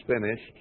finished